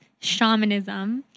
shamanism